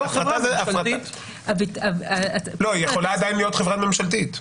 היא יכולה עדיין להיות חברה ממשלתית.